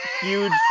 huge